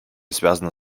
связана